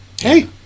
hey